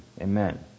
Amen